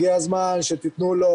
הגיע הזמן שתיתנו לו